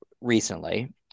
recently